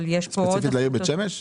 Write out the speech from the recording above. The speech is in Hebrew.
ספציפית לעיר בית שמש?